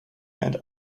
and